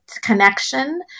connection